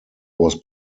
was